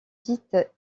dites